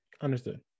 Understood